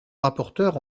rapporteur